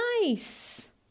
nice